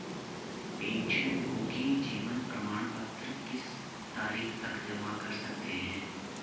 पेंशनभोगी जीवन प्रमाण पत्र किस तारीख तक जमा कर सकते हैं?